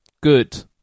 good